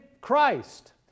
Christ